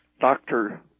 doctor